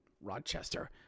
Rochester